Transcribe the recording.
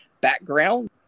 background